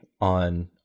on